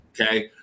Okay